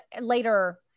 later